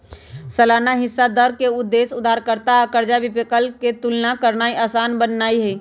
सालाना हिस्सा दर के उद्देश्य उधारदाता आ कर्जा विकल्प के तुलना करनाइ असान बनेनाइ हइ